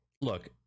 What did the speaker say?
look